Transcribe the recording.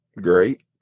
great